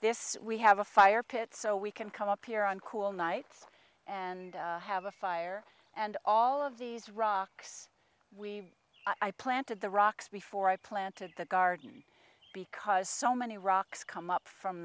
this we have a fire pit so we can come up here on cool nights and have a fire and all of these rocks we i planted the rocks before i planted the garden because so many rocks come up from